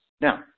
Now